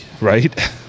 Right